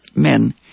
men